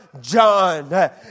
John